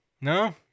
no